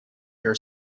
your